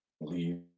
leave